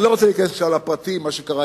ואני לא רוצה להיכנס עכשיו לפרטים של מה שקרה